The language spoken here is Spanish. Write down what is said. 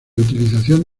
utilización